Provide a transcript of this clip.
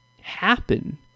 happen